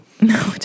No